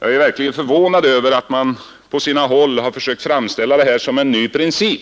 Jag är verkligen förvånad över att man på sina håll har velat framställa detta som en ny princip.